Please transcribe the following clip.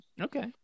Okay